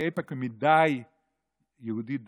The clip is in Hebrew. כי איפא"ק מדי יהודית דתית.